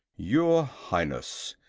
your highness,